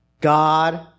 God